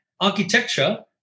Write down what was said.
architecture